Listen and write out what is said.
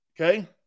Okay